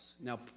Now